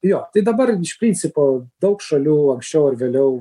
jo tai dabar iš principo daug šalių anksčiau ar vėliau